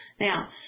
Now